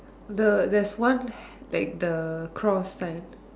the there is one like the cross sign